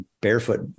barefoot